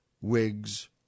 wigs